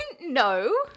no